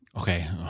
Okay